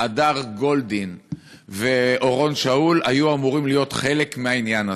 הדר גולדין ואורון שאול הייתה אמורה להיות חלק מהעניין הזה.